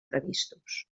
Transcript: previstos